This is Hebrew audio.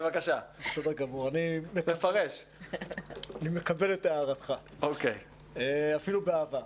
אני מקבל את הערתך, אפילו באהבה.